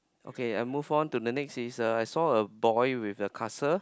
okay I move on to the next is the I saw a boy with a castle